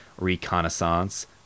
reconnaissance